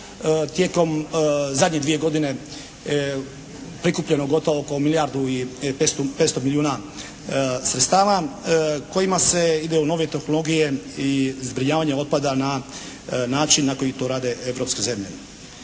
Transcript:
tijekom zadnje dvije godine prikupljeno gotovo oko milijardu i petsto milijuna sredstava kojima se ide u nove tehnologije i zbrinjavanje otpada na način na koji to rade europske zemlje.